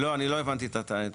לא, אני לא הבנתי את זה.